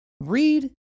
Read